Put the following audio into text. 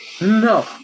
No